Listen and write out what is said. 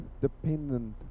dependent